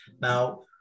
Now